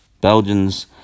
Belgians